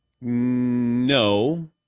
No